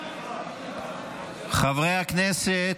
חברי הכנסת,